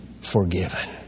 forgiven